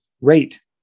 rate